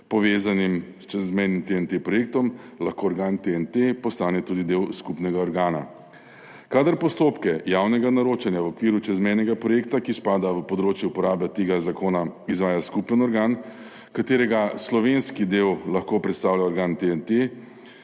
povezanim s čezmejnim projektom TEN-T, lahko organ TEN-T postane tudi del skupnega organa. Kadar postopke javnega naročanja v okviru čezmejnega projekta, ki spada v področje uporabe tega zakona, izvaja skupen organ, katerega slovenski del lahko predstavlja organ TEN-T,